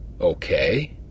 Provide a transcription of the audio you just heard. Okay